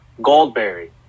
goldberry